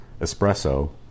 espresso